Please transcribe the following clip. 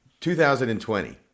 2020